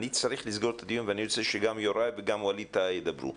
אני צריך לסגור את הדיון ואני רוצה שגם יוראי וגם ווליד טאהא ידברו,